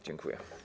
Dziękuję.